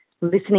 listening